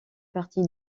parti